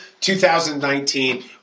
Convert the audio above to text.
2019